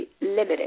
limited